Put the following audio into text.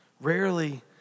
Rarely